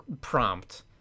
prompt